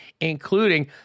including